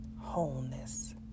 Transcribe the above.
Wholeness